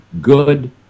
good